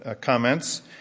comments